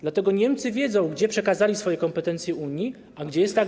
Dlatego Niemcy wiedzą, gdzie przekazali swoje kompetencje Unii, a gdzie jest ta granica.